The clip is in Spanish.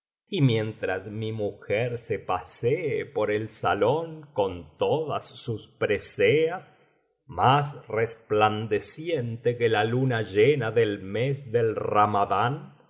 y mientras mi mujer se pasee por el salón con todas sus preseas más resplandeciente que la luna llena del mes del